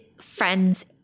friend's